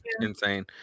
Insane